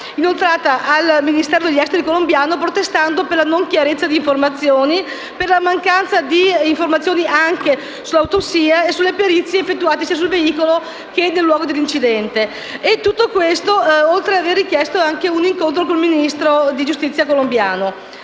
inoltrata al Ministero degli esteri colombiano, protestando per la non chiarezza delle informazioni, per la mancanza di informazioni anche sull'autopsia e sulle perizie effettuate sia sul veicolo che sul luogo dell'incidente; inoltre, è stato richiesto anche un incontro con il Ministro della giustizia colombiano.